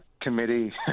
committee